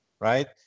right